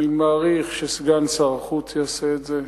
אני מעריך שסגן שר החוץ יעשה את זה.